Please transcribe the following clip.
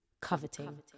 coveting